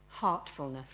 heartfulness